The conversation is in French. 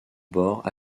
bord